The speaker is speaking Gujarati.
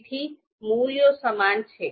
તેથી મૂલ્યો સમાન છે